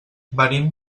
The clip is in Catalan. venim